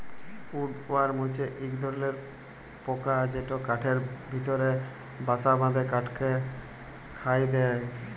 would worm হছে ইক ধরলর পকা যেট কাঠের ভিতরে বাসা বাঁধে কাঠকে খয়ায় দেই